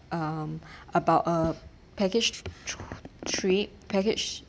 um about a package tri~ trip package